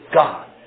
God